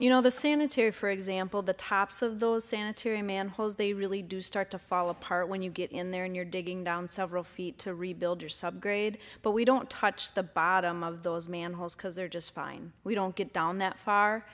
you know the sanitary for example the tops of those sanitary manholes they really do start to fall apart when you get in there and you're digging down several feet to rebuild or subgrade but we don't touch the bottom of those manholes because they're just fine we don't get down that far